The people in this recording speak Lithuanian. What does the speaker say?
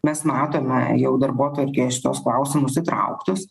mes matome jau darbotvarkėje šituos klausimus įtrauktus